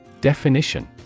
Definition